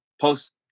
post